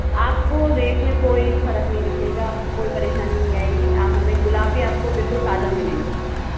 आपको रेट में कोई फ़र्क नहीं दिखेगा आपको कोई परेशानी नहीं आएगी आप हमें गुलाब भी आपको बिल्कुल ताज़ा मिलेंगे